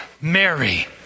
Mary